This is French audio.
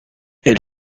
elle